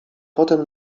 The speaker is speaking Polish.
potem